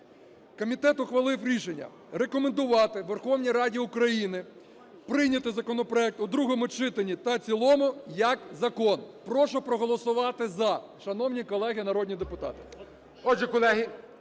Комітет ухвалив рішення рекомендувати Верховній Раді України прийняти законопроект у другому читанні та в цілому як закон. Прошу проголосувати "за", шановні колеги народні депутати.